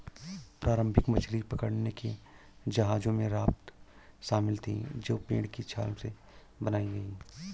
प्रारंभिक मछली पकड़ने के जहाजों में राफ्ट शामिल थीं जो पेड़ की छाल से बनाई गई